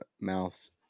mouths